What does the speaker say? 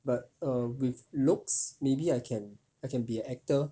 but err with looks maybe I can I can be actor